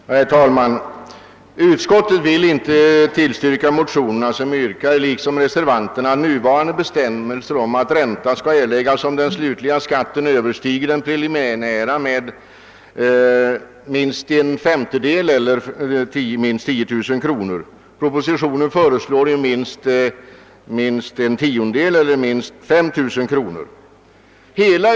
Herr talman! Utskottet har inte velat tillstyrka motionerna, där det liksom i reservationen yrkas att nuvarande bestämmelser om att ränta skall erläggas, därest den slutliga skatten överstiger den preliminära med minst en femtedel eller minst 10 000 kronor skall bibehållas. I propositionen föreslås att gränsen skall sättas vid minst en tiondel eller minst 5 000 kronor.